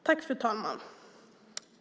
Fru talman!